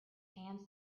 hands